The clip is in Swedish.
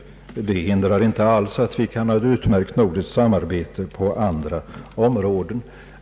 Detta hindrar inte alls att vi kan ha ett utmärkt nordiskt samarbete på andra områden.